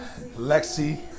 Lexi